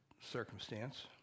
circumstance